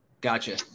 Gotcha